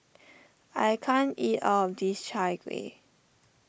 I can't eat all of this Chai Kueh